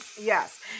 Yes